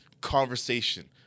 conversation